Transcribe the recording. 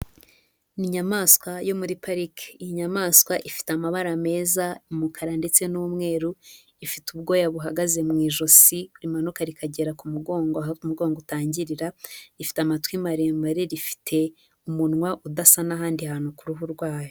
Ni inyamaswa yo muri parike. Iyi nyayamaswa ifite amabara meza, umukara ndetse n'umweru, ifite ubwoya buhagaze mu ijosi, rimanuka rikagera ku mugongo aho umugongo utangirira, ifite amatwi maremare, rifite umunwa udasa n'ahandi hantu ku ruhu rwayo.